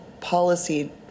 policy